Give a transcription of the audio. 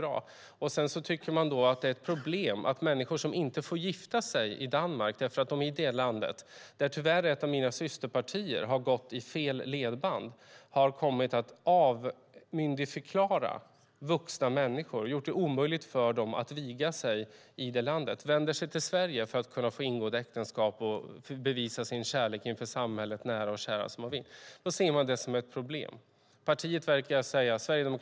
Sedan tycker Sverigedemokraterna att det finns ett problem med människor som inte får gifta sig i Danmark därför att man i det landet, där tyvärr ett av mina systerpartier har gått i fel ledband, har kommit att omyndigförklara vuxna människor och gjort det omöjligt för dem att viga sig i landet. De får i stället vända sig till Sverige för att kunna få ingå äktenskap och bevisa sin kärlek inför samhället, nära och kära som de vill, och detta ser det Sverigedemokraterna som ett problem.